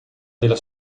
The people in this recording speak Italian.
della